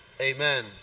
Amen